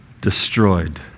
destroyed